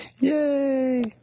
Yay